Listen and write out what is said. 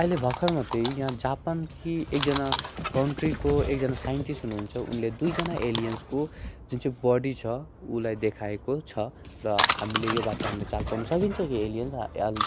अहिले भर्खर मात्रै यहाँ जापान कि एकजना कन्ट्रीको एकजना साइन्टिस्ट हुनुहुन्छ उनले दुईजना एलियन्सको जुन चाहिँ बडी छ उलाई देखाएको छ र हामीले योबाट हामीले चाल पाउन सकिन्छ कि एलियन्स